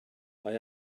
mae